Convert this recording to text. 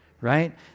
right